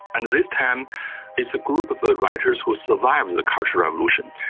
and this time it's a group of ah writers who survived the cultural revolution.